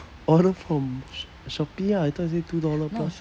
order from sh~ shopee ah I thought you say two dollar plus